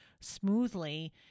smoothly